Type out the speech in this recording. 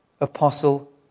Apostle